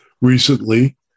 recently